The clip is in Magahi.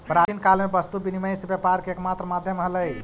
प्राचीन काल में वस्तु विनिमय से व्यापार के एकमात्र माध्यम हलइ